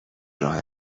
راه